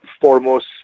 foremost